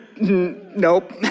Nope